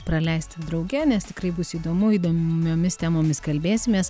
praleisti drauge nes tikrai bus įdomu įdomiomis temomis kalbėsimės